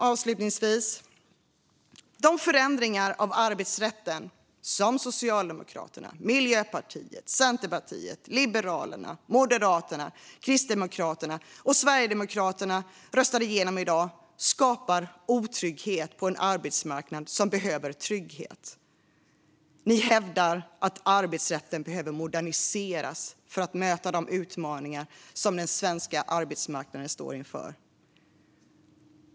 Avslutningsvis: De förändringar av arbetsrätten som Socialdemokraterna, Miljöpartiet, Centerpartiet, Liberalerna, Moderaterna, Kristdemokraterna och Sverigedemokraterna röstar igenom i dag skapar otrygghet på en arbetsmarknad som behöver trygghet. Ni hävdar att arbetsrätten behöver moderniseras för att möta de utmaningar som den svenska arbetsmarknaden står inför.